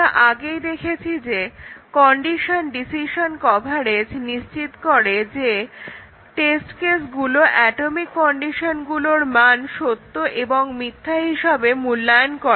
আমরা আগেই দেখেছি যে কন্ডিশন ডিসিশন কভারেজ নিশ্চিত করে যে টেস্ট কেসগুলো অ্যাটমিক কন্ডিশনগুলোর মান সত্য এবং মিথ্যা হিসেবে মূল্যায়ন করে